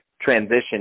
transition